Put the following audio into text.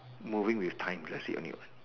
moving with time that's it only what